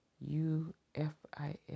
U-F-I-S